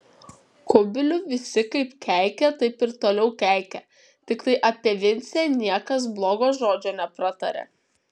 kubilių visi kaip keikė taip ir toliau keikė tiktai apie vincę niekas blogo žodžio nepratarė